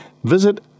Visit